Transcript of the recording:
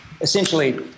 Essentially